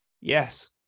yes